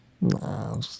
No